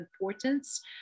importance